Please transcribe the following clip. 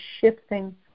shifting